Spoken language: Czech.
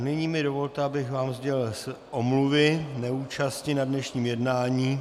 Nyní mi dovolte, abych vám sdělil omluvy z neúčasti na dnešním jednání.